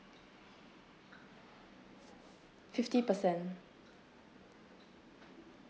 fifty percent